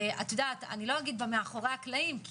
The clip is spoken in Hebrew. לא אומר מאחורי הקלעים,